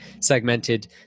segmented